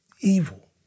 evil